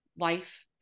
Life